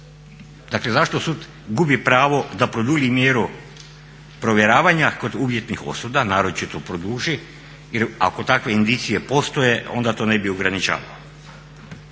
Dakle zašto sud gubi pravo da produlji mjeru provjeravanja kod uvjetnih osuda, naročito produži jer ako takve indicije postoje onda to ne bi ograničavao.